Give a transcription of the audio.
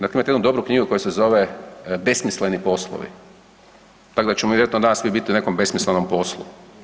Dakle, imate jednu dobru knjigu koja se zove „Besmisleni poslovi“, tako da ćemo mi vjerojatno danas svi biti u nekom besmislenom poslu.